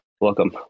Welcome